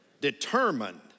determined